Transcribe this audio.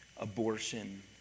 abortion